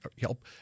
help